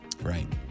Right